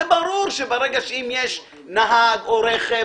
ברור שאם יש נהג או רכב,